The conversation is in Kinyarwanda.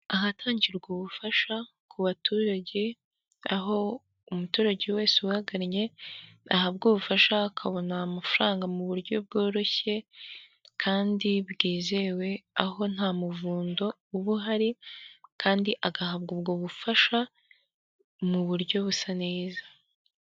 Ahatangirwa ubufasha ku baturage, aho umuturage wese uhagannye ahabwa ubufasha akabona amafaranga mu buryo bworoshye kandi bwizewe, aho nta muvundo uba uhari, kandi agahabwa ubwo bufasha mu buryo busa neza.